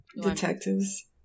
detectives